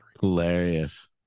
Hilarious